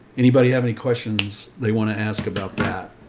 anybody have any questions they want to ask about that